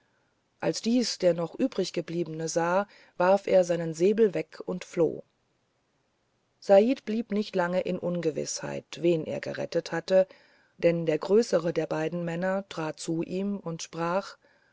als dies der noch übriggebliebene sah warf er seinen säbel weg und floh said blieb nicht lange in ungewißheit wen er gerettet habe denn der größere der beiden männer trat zu ihm und sprach